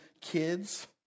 kids